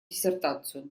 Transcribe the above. диссертацию